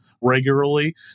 regularly